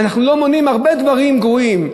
אנחנו לא מונעים הרבה דברים גרועים,